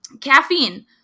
Caffeine